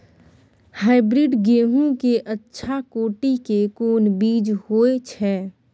Hybrid गेहूं के अच्छा कोटि के कोन बीज होय छै?